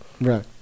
right